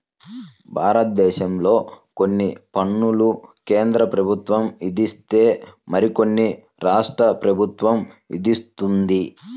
భారతదేశంలో కొన్ని పన్నులు కేంద్ర ప్రభుత్వం విధిస్తే మరికొన్ని రాష్ట్ర ప్రభుత్వం విధిస్తుంది